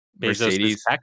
mercedes